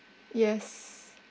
yes